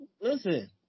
listen